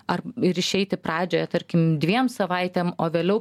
ar ir išeiti pradžioje tarkim dviem savaitėm o vėliau